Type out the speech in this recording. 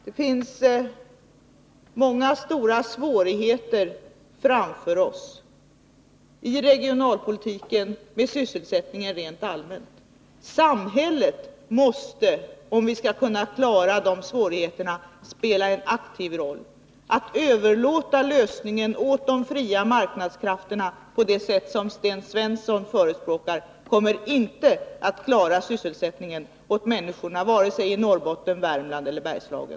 Det finns många svårigheter framför oss i regionalpolitiken och med sysselsättningen rent allmänt. Samhället måste, om vi skall kunna klara de svårigheterna, spela en aktiv roll. Genom att överlåta lösningen åt de fria marknadskrafterna på det sätt som Sten Svensson förespråkar kommer vi inte att klara sysselsättningen åt människorna i vare sig Norrbotten, Värmland eller Bergslagen.